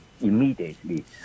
immediately